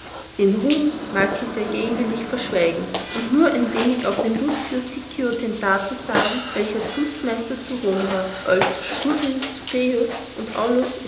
marci sergii will ich verschweigen und nur ein wenig von dem lucio siccio dentato sagen welcher zunftmeister zu rom war als spurius turpejus und aulus